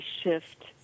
shift